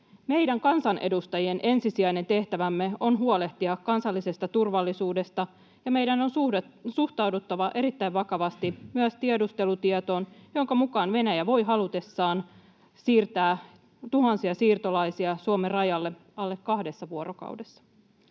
Meidän kansanedustajien ensisijainen tehtävämme on huolehtia kansallisesta turvallisuudesta, ja meidän on suhtauduttava erittäin vakavasti myös tiedustelutietoon, jonka mukaan Venäjä voi halutessaan siirtää tuhansia siirtolaisia Suomen rajalle alle kahdessa vuorokaudessa.